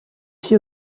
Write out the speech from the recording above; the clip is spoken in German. hier